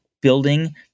building